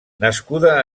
nascuda